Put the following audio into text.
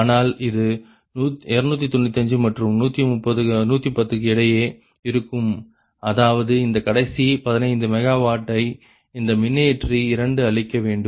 ஆனால் இது 295 மற்றும் 310 க்கு இடையே இருக்கும் அதாவது இந்த கடைசி 15 MW ஐ இந்த மின்னியற்றி இரண்டு அளிக்க வேண்டும்